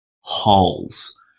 holes